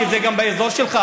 כי זה גם באזור שלך,